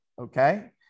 Okay